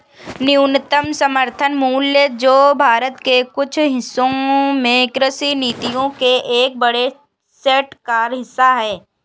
न्यूनतम समर्थन मूल्य जो भारत के कुछ हिस्सों में कृषि नीतियों के एक बड़े सेट का हिस्सा है